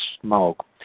smoke